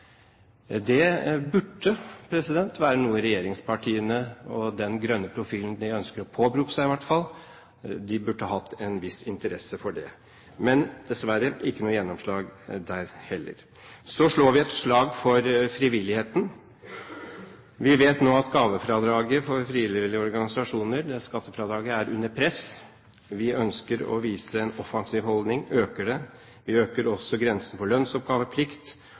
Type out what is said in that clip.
noe regjeringspartiene, med grønne profilen de ønsker å påberope seg, burde ha en viss interesse for. Men dessverre, vi får ikke noe gjennomslag der heller. Så slår vi et slag for frivilligheten. Vi vet nå at gavefradraget for frivillige organisasjoner – det skattefradraget – er under press. Vi ønsker å vise en offensiv holdning – og øker det. Vi øker også grensen for lønnsoppgaveplikt